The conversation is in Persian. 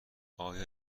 آیا